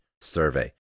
survey